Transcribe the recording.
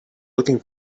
looking